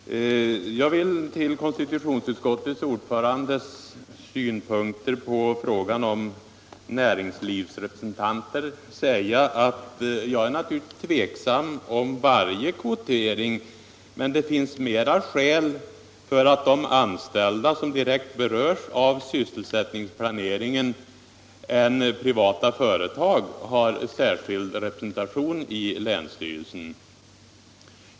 Fru talman! Jag vill till konstitutionsutskottets ordförandes synpunkter på frågan om näringslivsrepresentanter säga att jag naturligtvis är tveksam mot varje kvotering, men det finns mera skäl för att de anställda, som direkt berörs av sysselsättningsplaneringen, har särskild representation i länsstyrelsen än för att privata företag har det.